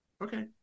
Okay